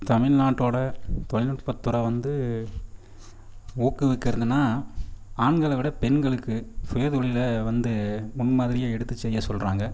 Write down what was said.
தமிழ்நாட்டோட தொழில்நுட்பத்துறை வந்து ஊக்குவிக்குறதுனா ஆண்களை விட பெண்களுக்கு சுய தொழிலை வந்து முன் மாதிரியாக எடுத்து செய்ய சொல்கிறாங்க